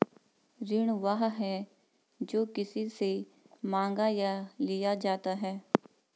ऋण वह है, जो किसी से माँगा या लिया जाता है